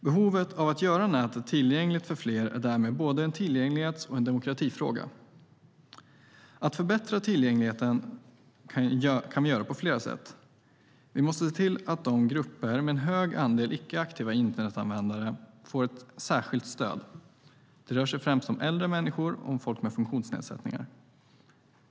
Behovet av att göra nätet tillgängligt för fler är därmed både en tillgänglighetsfråga och en demokratifråga. Vi kan förbättra tillgängligheten på flera sätt. Vi måste se till att grupper med en hög andel icke-aktiva internetanvändare får ett särskilt stöd. Det rör sig främst om äldre människor och människor med funktionsnedsättningar.